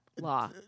law